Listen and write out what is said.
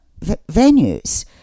venues